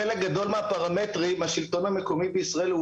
בחלק גדול מהפרמטרים השלטון המקומי בישראל הוא